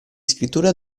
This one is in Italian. scrittura